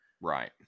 right